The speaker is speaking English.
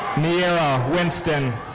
meiara winston.